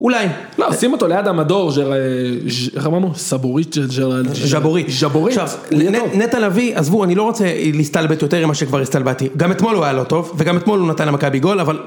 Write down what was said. אולי. לא, שים אותו ליד המדור של... איך אמרנו? שבורית של... שבורית. שבורית. עכשיו, נטע לביא, עזבו, אני לא רוצה להסתלבט יותר ממה שכבר הסתלבטתי. גם אתמול הוא היה לא טוב, וגם אתמול הוא נתן למכבי גול, אבל...